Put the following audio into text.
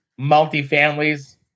Multifamilies